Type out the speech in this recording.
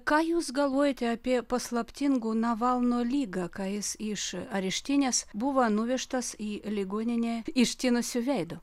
ką jūs galvojate apie paslaptingų navalno ligą ką jis iš areštinės buva nuvežtas į ligoninę ištinusiu veidu